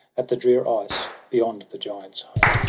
at the drear ice, beyond the giants' home.